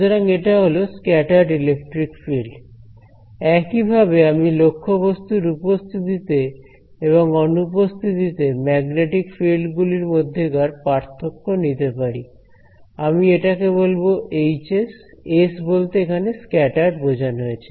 সুতরাং এটা হল স্ক্যাটার্ড ইলেকট্রিক ফিল্ড একই ভাবে আমি লক্ষ্যবস্তুর উপস্থিতিতে এবং অনুপস্থিতিতে ম্যাগনেটিক ফিল্ড গুলির মধ্যেকার পার্থক্য নিতে পারি আমি এটাকে বলবো Hs এস বলতে এখানে স্ক্যাটার্ড বোঝানো হয়েছে